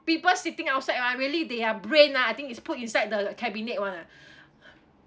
people sitting outside ah really their brain ah I think is put inside the cabinet [one] ah